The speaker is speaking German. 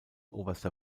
oberster